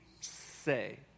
say